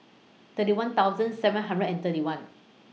thirty one thousand seven hundred and thirty one